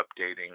updating